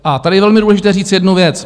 A tady velmi důležité říct jednu věc.